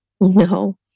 No